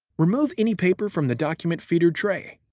remove any paper from the document feeder tray.